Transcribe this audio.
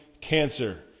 cancer